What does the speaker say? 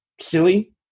silly